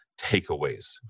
takeaways